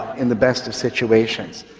in the best of situations,